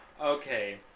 Okay